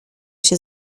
się